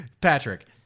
Patrick